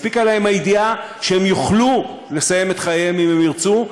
הספיקה להם הידיעה שהם יוכלו לסיים את חייהם אם הם ירצו,